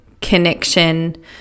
connection